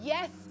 Yes